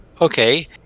Okay